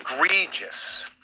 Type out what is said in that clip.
egregious